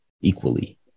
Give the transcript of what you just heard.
equally